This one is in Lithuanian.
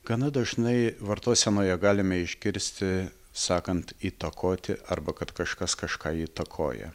gana dažnai vartosenoje galime išgirsti sakant įtakoti arba kad kažkas kažką įtakoja